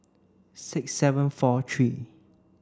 six seven four three